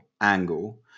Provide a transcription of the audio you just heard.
angle